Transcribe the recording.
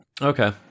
Okay